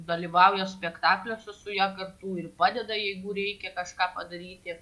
dalyvauja spektakliuose su ja kartu ir padeda jeigu reikia kažką padaryti